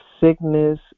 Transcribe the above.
sickness